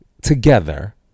together